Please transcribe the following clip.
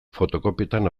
fotokopietan